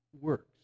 works